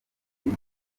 eric